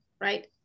right